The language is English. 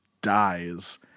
dies